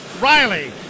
Riley